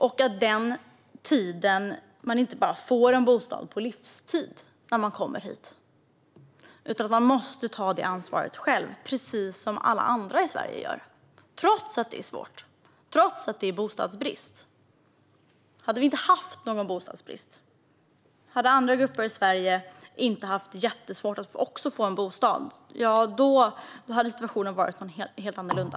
Man får inte en bostad på livstid när man kommer hit. Man måste ta det ansvaret själv, precis som alla andra i Sverige gör - trots att det är svårt och trots att det är bostadsbrist. Om det inte hade varit bostadsbrist, om andra grupper i Sverige inte hade haft svårt att få tag på en bostad, hade situationen varit helt annorlunda.